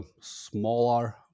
smaller